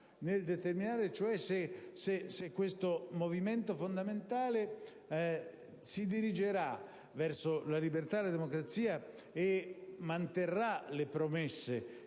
nel determinare cioè se questo movimento fondamentale si dirigerà verso la libertà, la democrazia e manterrà le promesse